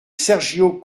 sergio